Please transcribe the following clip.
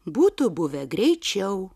būtų buvę greičiau